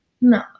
no